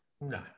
No